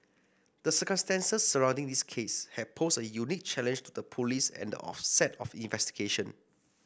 the circumstances surrounding this case had posed a unique challenge to the police at the onset of investigation